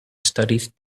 studied